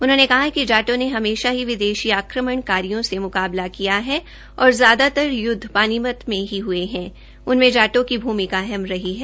उन्होंने कहा कि जाटों ने हमेशा ही विदेश आक्रमणकारियों से मुकाबला किया है और ज्यादातर युद्व पानीपत में ही हुए उनमे जाटों की भूमिका अह्मम रही है